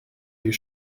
you